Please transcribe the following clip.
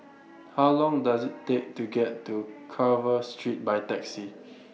How Long Does IT Take to get to Carver Street By Taxi